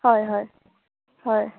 হয় হয় হয়